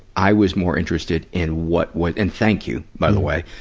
i was more interested in what, what and thank you, by the way.